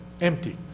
empty